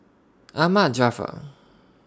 Ahmad Jaafar